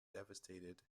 devastated